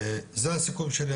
זה הסיכום שלי,